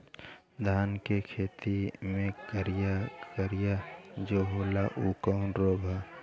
धान के फसल मे करिया करिया जो होला ऊ कवन रोग ह?